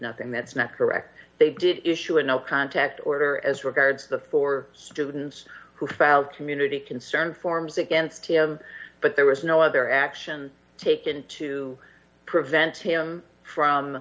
nothing that's not correct they did issue a no contact order as regards the four students who filed community concern forms against him but there was no other action taken to prevent him from